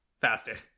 faster